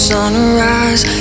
Sunrise